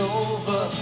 over